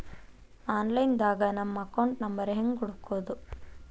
Online ದಾಗ ನಮ್ಮ account number ಹೆಂಗ್ ಹುಡ್ಕೊದು?